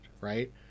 right